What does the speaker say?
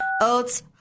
Oats